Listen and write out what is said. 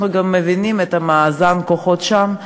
אנחנו גם מבינים את מאזן הכוחות שם,